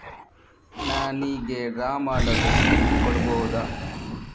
ನನಿಗೆ ಡ್ರಾ ಮಾಡಲು ಸ್ಲಿಪ್ ಕೊಡ್ಬಹುದಾ?